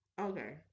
Okay